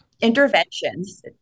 interventions